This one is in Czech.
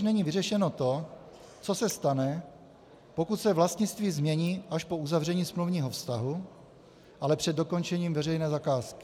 Rovněž není vyřešeno to, co se stane, pokud se vlastnictví změní až po uzavření smluvního vztahu, ale před dokončením veřejné zakázky.